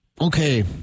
okay